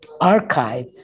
archive